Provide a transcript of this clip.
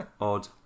odd